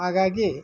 ಹಾಗಾಗಿ